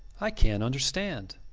i cant understand.